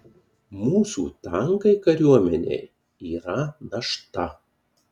mūsų tankai kariuomenei yra našta